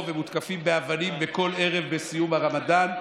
ומותקפים באבנים בכל ערב בסיום הרמדאן,